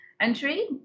entry